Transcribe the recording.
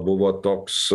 buvo toks